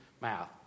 mouth